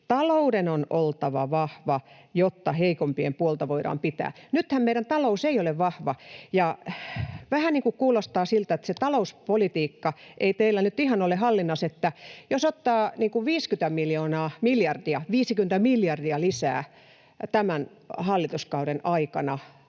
Talouden on oltava vahva, jotta heikompien puolta voidaan pitää. Nythän meidän talous ei ole vahva, ja vähän kuulostaa siltä, että se talouspolitiikka ei teillä nyt ihan ole hallinnassa. Jos ottaa 50 miljardia lisää tämän hallituskauden aikana